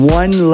one